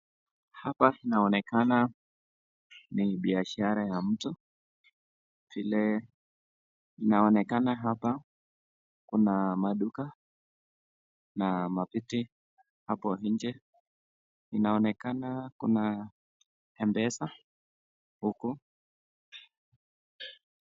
Hapa inaonekana ni biashara ya mtu, vile inaonekana hapa kuna maduka na maviti hapo nje. Inaonekana kuna Mpesa huku.